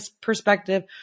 perspective